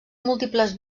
múltiples